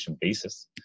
basis